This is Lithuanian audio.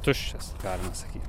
tuščias galima sakyt